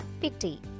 Pity